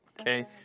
Okay